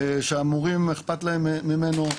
שהמורים אכפת להם ממנו,